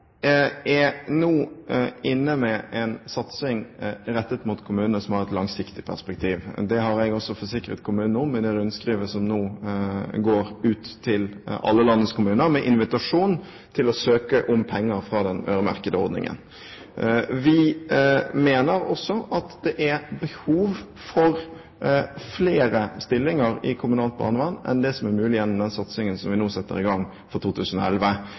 er nå inne med en satsing rettet mot kommunene som har et langsiktig perspektiv. Det har jeg også forsikret kommunene om med det rundskrivet som nå går ut til alle landets kommuner, med invitasjon til å søke om penger fra den øremerkede ordningen. Vi mener også at det er behov for flere stillinger i kommunalt barnevern enn det som er mulig gjennom den satsingen som vi nå setter i gang for 2011.